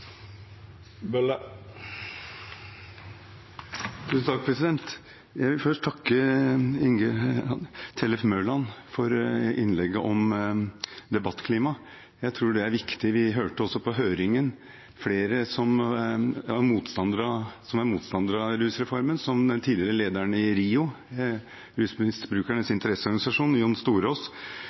Jeg vil først takke representanten Tellef Inge Mørland for innlegget om debattklima. Jeg tror det er viktig. Vi hørte det også på høringen fra flere som er motstandere av rusreformen, som den tidligere lederen i RIO, Rusmisbrukernes Interesseorganisasjon, Jon